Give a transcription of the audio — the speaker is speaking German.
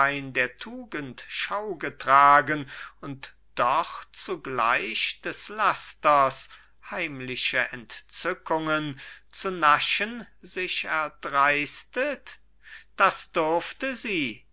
der tugend schaugetragen und doch zugleich des lasters heimliche entzückungen zu naschen sich erdreistet das durfte sie